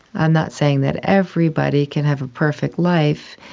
i'm not saying that everybody can have a perfect life,